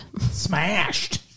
Smashed